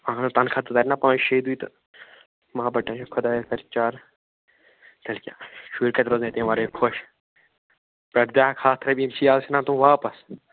اَہنوٗ تنخواہ تہِ ترِ نا پانٛژِ شےٚ دۅہۍ تہٕ ما بر ٹٮ۪نٛشن خۄدا ہا کَرِ چارٕ تیٚلہِ کیٛاہ شُرۍ کتہِ روزنَے تَمہِ ورٲے خۄش پٮ۪ٹھٕ دِ ہَکھ ہتھ رۄپیہِ یِم چھِی اَز ژھُنان تِم واپس